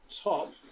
top